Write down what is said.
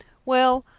well,